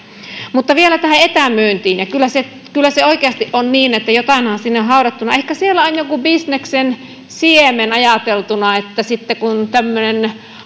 mutta vielä tähän etämyyntiin kyllä se oikeasti on niin että jotainhan sinne on haudattuna ehkä siellä on joku bisneksen siemen ajateltuna että sitten kun on tämmöinen